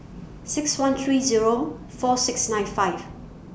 six one three Zero four six nine five